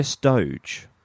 Doge